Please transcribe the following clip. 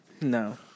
no